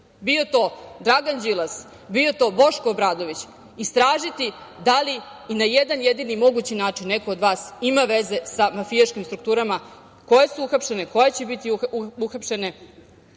bio to Dragan Đilas, bio to Boško Obradović, istražiti da li i na jedan jedini mogući način neko od vas ima veze sa mafijaškim strukturama koje su uhapšene, koje će biti uhapšene,